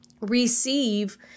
receive